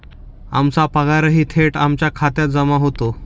आमचा पगारही थेट आमच्या खात्यात जमा होतो